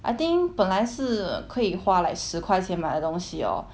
I think 本来是可以花 like 十块钱买的东西 oh